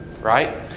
Right